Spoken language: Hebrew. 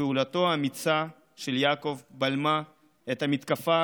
פעולתו האמיצה של יעקב בלמה את המתקפה